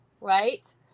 right